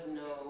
no